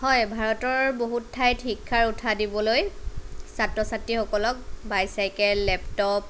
হয় ভাৰতৰ বহুত ঠাইত শিক্ষাৰ উৎসাহ দিবলৈ ছাত্ৰ ছাত্ৰীসকলক বাইচাইকেল লেপটপ